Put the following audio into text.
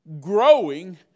growing